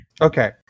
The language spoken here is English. Okay